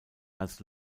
als